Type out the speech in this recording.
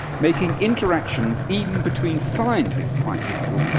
making interactions even between scientists quite difficult,